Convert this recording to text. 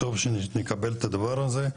טוב שנקבל את הדבר הזה,